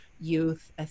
youth